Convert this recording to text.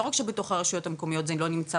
לא רק שברשויות המקומיות זה לא נמצא